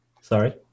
Sorry